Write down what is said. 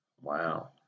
Wow